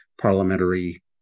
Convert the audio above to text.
parliamentary